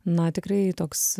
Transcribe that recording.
na tikrai toks